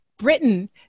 Britain